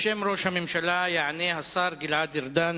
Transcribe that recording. בשם ראש הממשלה יענה השר גלעד ארדן,